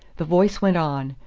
the voice went on,